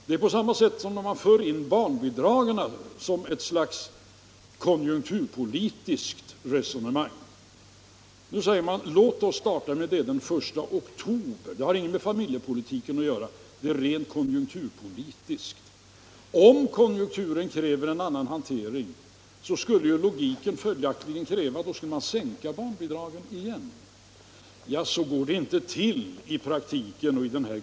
Det är på samma sätt när man för in barnbidragen i ett slags konjunkturpolitiskt resonemang. Nu säger man: Låt oss höja barnbidragen den I oktober. Det har inget med familjepolitiken att göra utan det är en rent konjunkturpolitisk åtgärd. Men om konjunkturpolitiken sedan kräver ett annat handlande, skulle följaktligen logiken kräva, att barnbidragen sänktes igen. Ja, så går det inte till i praktiken.